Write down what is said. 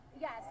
Yes